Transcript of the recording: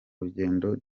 rugendo